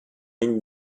league